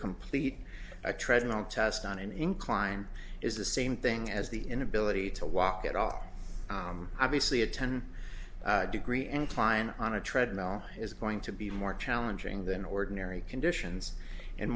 complete a treadmill test on an incline is the same thing as the inability to walk at all obviously a ten degree incline on a treadmill is going to be more challenging than ordinary conditions and